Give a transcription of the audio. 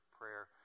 prayer